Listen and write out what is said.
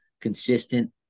consistent